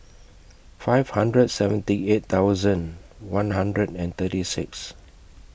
five hundred and seventy eight thousand one hundred and thirty six